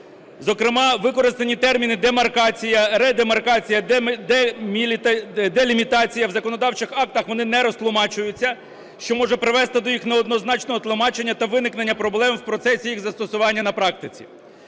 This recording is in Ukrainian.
Зокрема, використані терміни "демаркація", "редемаркація", "делімітація". В законодавчих актах вони не розтлумачуються, що може привести до їх неоднозначного тлумачення та виникнення проблем в процесі їх застосування на практиці.